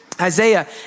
Isaiah